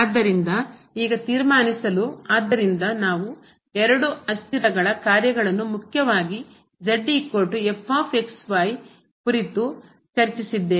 ಆದ್ದರಿಂದ ಈಗ ತೀರ್ಮಾನಿಸಲು ಆದ್ದರಿಂದ ನಾವು ಎರಡು ಅಸ್ಥಿರಗಳ ಕಾರ್ಯಗಳನ್ನು ಮುಖ್ಯವಾಗಿ ಕುರಿತು ಚರ್ಚಿಸಿದ್ದೇವೆ